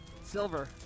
Silver